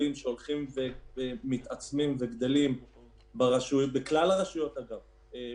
אנחנו רק מבקשים שאותם 40 מיליון יחלקו לא לסוציו-אקונומי 1 עד 5,